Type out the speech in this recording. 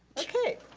okay.